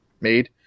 made